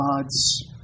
God's